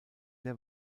der